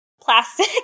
Plastic